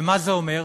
ומה זה אומר?